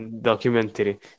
documentary